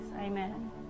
Amen